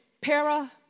para